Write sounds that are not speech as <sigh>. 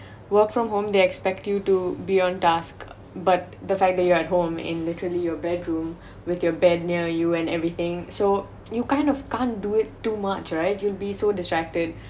work from home they expect you do beyond task but the fact that you're at home and literally your bedroom with your bed near you and everything so <noise> you kind of can't do it too much you'd be so distracted